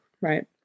right